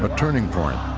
but turning point.